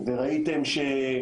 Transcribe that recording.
ראיתם את